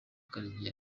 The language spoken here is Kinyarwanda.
karega